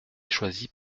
choisis